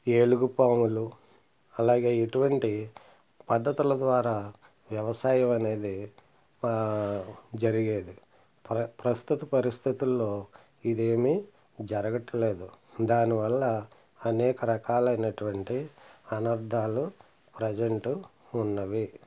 ఏలుగు పాములు అలాగే ఇటువంటి పద్ధతుల ద్వారా వ్యవసాయం అనేది జరిగేది ప్ర ప్రస్తుత పరిస్థితుల్లో ఇదేమి జరగట్లేదు దానివల్ల అనేక రకాలైనటువంటి అనర్ధాలు ప్రజెంటు ఉన్నవి